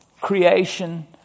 creation